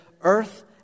earth